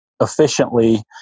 efficiently